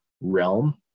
realm